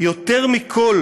"יותר מכול,